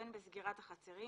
בין בסגירת החצרים